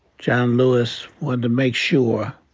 john lewis wanted to make sure